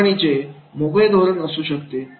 कंपनीचे मोकळे धोरण असू शकते